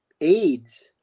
aids